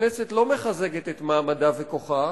הכנסת לא מחזקת את מעמדה וכוחה,